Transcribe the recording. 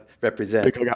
Represent